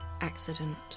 accident